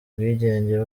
ubwigenge